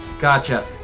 Gotcha